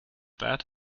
that